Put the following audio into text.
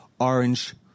Orange